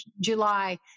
July